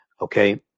Okay